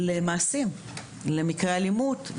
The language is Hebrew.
למעשים; למקרי אלימות.